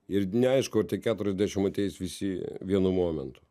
ir neaišku ar tie keturiasdešim ateis visi vienu momentu